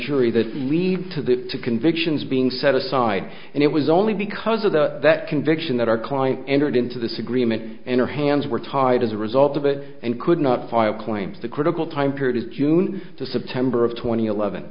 jury that lead to the convictions being set aside and it was only because of the that conviction that our client entered into this agreement and her hands were tied as a result of it and could not file claims the critical time period of june to september of tw